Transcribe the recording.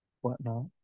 Whatnot